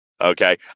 Okay